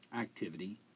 Activity